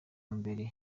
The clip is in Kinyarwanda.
mbere